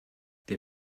der